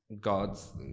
God's